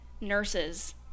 nurses